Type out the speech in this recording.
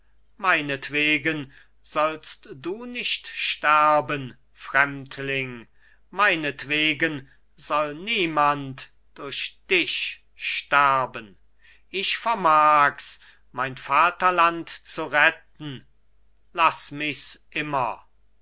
meinetwegen sollst du nicht sterben fremdling meinetwegen soll niemand durch dich sterben ich vermag's mein vaterland zu retten laß mich's immer